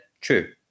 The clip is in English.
true